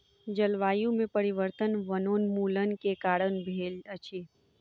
जलवायु में परिवर्तन वनोन्मूलन के कारण भेल अछि